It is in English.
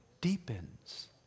deepens